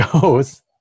goes